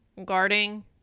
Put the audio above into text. guarding